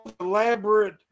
elaborate